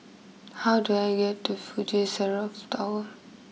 how do I get to Fuji Xerox Tower